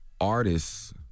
artists